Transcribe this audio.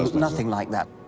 nothing like that.